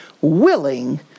willing